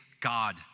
God